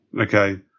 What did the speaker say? Okay